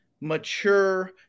mature